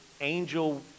angel